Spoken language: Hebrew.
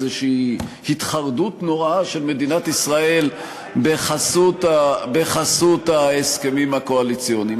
לאיזו התחרדות נוראה של מדינת ישראל בחסות ההסכמים הקואליציוניים.